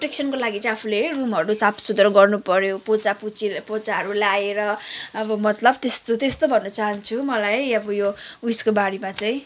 प्रोटेक्सनको लागि चाहिँ आफूले है रुमहरू साफ सुधार गर्नु पर्यो पोछा पुछीहरू पोछाहरू लगाएर अब मतलब त्यस्तो त्यस्तो भन्न चाहन्छु मलाई अब यो उसको बारेमा चाहिँ